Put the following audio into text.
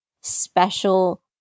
special